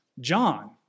John